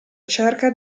cerca